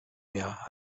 mehr